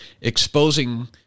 exposing